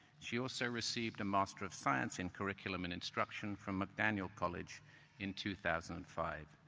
she also received a master of science in curriculum and instruction from mcdaniel college in two thousand and five.